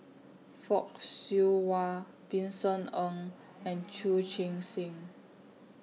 Fock Siew Wah Vincent Ng and Chu Chee Seng